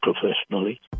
professionally